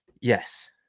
Yes